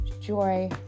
joy